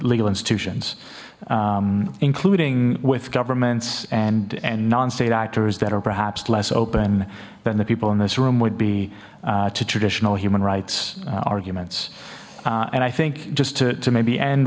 legal institutions including with governments and and non state actors that are perhaps less open than the people in this room would be to traditional human rights arguments and i think just to maybe end